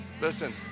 Listen